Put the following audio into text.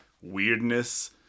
weirdness